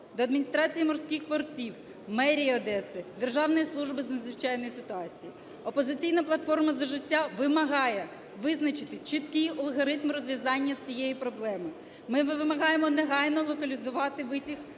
до Адміністрації морських портів, мерії Одеси, Державної служби з надзвичайних ситуацій. "Опозиційна платформа - За життя" вимагає визначити чіткий алгоритм розв'язання цієї проблеми. Ми вимагаємо негайно локалізувати витік